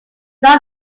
none